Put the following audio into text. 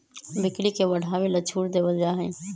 बिक्री के बढ़ावे ला छूट देवल जाहई